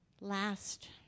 last